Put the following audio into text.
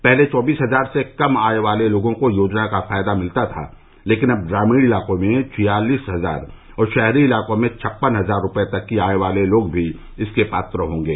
पहले चौबीस हजार से कम आय वाले लोर्गो को योजना का फायदा मिलता था लेकिन अब ग्रामीण इलाकों में छियालीस हजार और शहरी इलाकों में छप्पन हजार रूपये तक की आय वाले लोग भी इसके पात्र होंगे